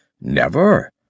Never